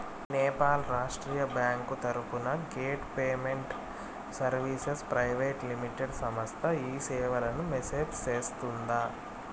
నేపాల్ రాష్ట్రీయ బ్యాంకు తరపున gate payment services private limited సంస్థ ఈ సేవలను మేనేజ్ సేస్తుందా?